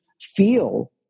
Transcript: feel